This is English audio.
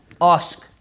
Ask